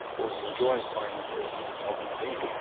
or the enjoyment by any person of an event.